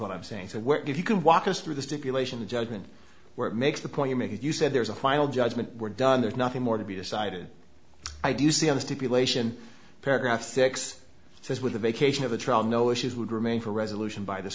what i'm saying to work if you can walk us through the stipulation the judgment where it makes the point you make if you said there's a final judgment we're done there's nothing more to be decided i do see us to be lation paragraph six this with a vacation of a trial no issues would remain for resolution by this